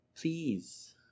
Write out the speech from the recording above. Please